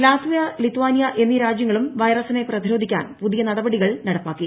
Latvia Lithuania എന്നീ രാജ്യങ്ങളും വൈറസിനെ പ്രതിരോധിക്കാൻ പുതിയ നടപടികൾ നടപ്പാക്കി